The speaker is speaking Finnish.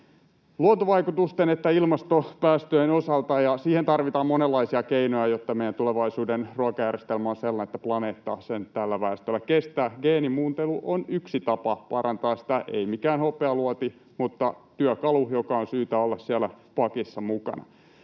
luontovaikutusten että ilmastopäästöjen osalta, ja siihen tarvitaan monenlaisia keinoja, jotta meidän tulevaisuuden ruokajärjestelmämme on sellainen, että planeetta sen tällä väestöllä kestää. Geenimuuntelu on yksi tapa parantaa sitä — ei mikään hopealuoti, mutta työkalu, joka on syytä olla siellä pakissa mukana.